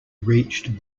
reached